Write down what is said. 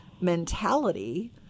mentality